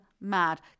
mad